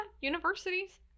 universities